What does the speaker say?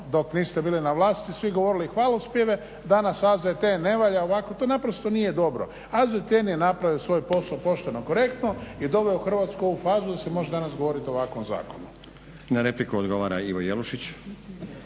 dok niste bili na vlasti svi govorili hvalospjeve. Danas AZTN ne valja, ovako to naprosto nije dobro. AZTN je napravio svoj posao pošteno, korektno i doveo Hrvatsku u ovu fazu da se može danas govoriti o ovakvom zakonu. **Stazić, Nenad (SDP)** Na repliku odgovara Ivo Jelušić.